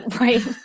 Right